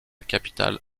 capitale